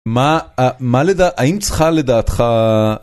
מה לדעתך, האם צריכה לדעתך...